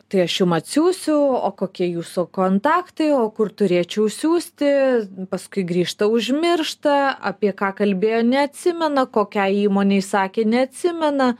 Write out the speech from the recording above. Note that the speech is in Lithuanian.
tai aš jum atsiųsiu o kokie jūsų kontaktai o kur turėčiau siųsti paskui grįžta užmiršta apie ką kalbėjo neatsimena kokiai įmonei sakė neatsimena